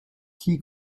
qui